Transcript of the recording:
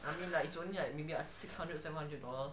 I mean like it's only like maybe like six hundred seven hundred dollars